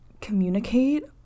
communicate